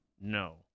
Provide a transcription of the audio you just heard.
No